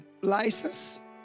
license